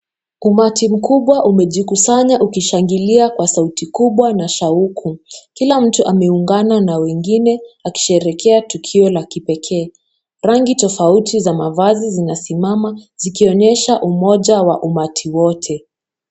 Umati mkubwa umejikusanya ukishangilia kwa sauti kubwa na shauku, kila mtu ameungana na wengine akisherehekea tukio la kipekee, rangi tofauti za mavazi zinasimama zikionyesha umoja wa umati wote.